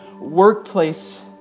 workplace